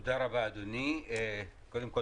אדוני, תודה רבה.